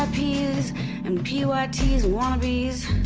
these amputees wannabes.